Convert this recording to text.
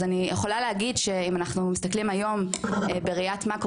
אז אני יכולה להגיד שאם אנחנו מסתכלים היום בראיית מאקרו,